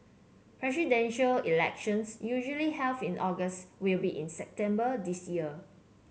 Presidential Elections usually in August will be in September this year